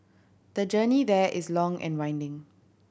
the journey there is long and winding